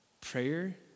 Prayer